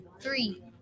three